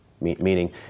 Meaning